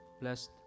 Bless